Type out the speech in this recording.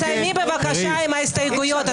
תסיימי בבקשה עם ההסתייגויות,